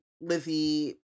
Lizzie